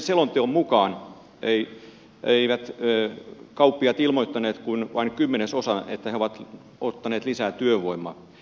selonteon mukaan kauppiaista ei ilmoittanut kuin vain kymmenesosa että he ovat ottaneet lisää työvoimaa